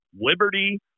Liberty